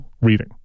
reading